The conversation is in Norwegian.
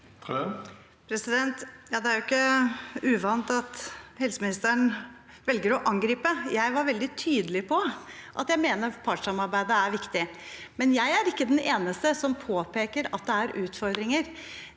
Det er ikke uvant at helseministeren velger å angripe. Jeg var veldig tydelig på at jeg mener partssamarbeidet er viktig. Men jeg er ikke den eneste som påpeker at det er utfordringer.